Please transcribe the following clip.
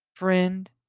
Friend